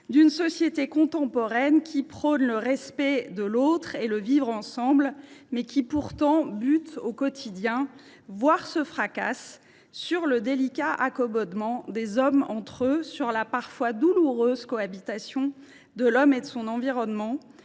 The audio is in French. d’une société contemporaine qui prône le respect de l’autre et le vivre ensemble, mais qui, pourtant, butte au quotidien, voire se fracasse sur les délicats accommodements entre les hommes, sur la cohabitation parfois douloureuse de l’homme et de son environnement